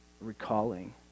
recalling